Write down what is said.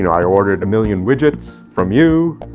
you know i ordered a million widgets from you,